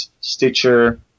Stitcher